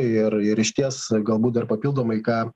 ir ir išties galbūt dar papildomai ką